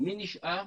מי נשאר?